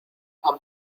han